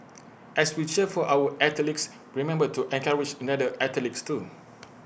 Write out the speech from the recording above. as we cheer for our athletes remember to encourage other athletes too